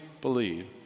believe